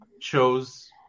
chose